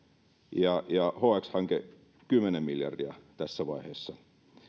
ja hx hanke kymmenen miljardia tässä vaiheessa